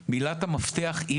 מילת המפתח היא